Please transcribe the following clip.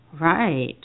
Right